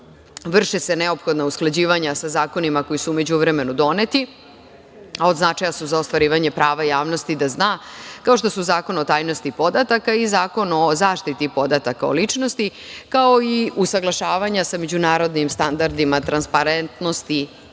vrše se neophodna usklađivanja sa zakonima koji su u međuvremenu doneti, a od značaja su za ostvarivanje prava javnosti da zna, kao što su Zakon o tajnosti podataka i Zakon o zaštiti podataka o ličnosti, kao i usaglašavanja sa međunarodnim standardima, transparentnosti